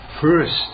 first